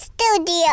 Studio